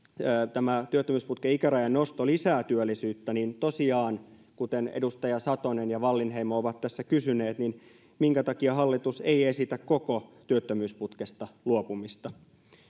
tämä työttömyysputken ikärajan nosto lisää työllisyyttä niin tosiaan kuten edustajat satonen ja wallinheimo ovat tässä kysyneet minkä takia hallitus ei esitä koko työttömyysputkesta luopumista